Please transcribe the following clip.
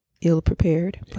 ill-prepared